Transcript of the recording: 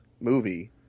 movie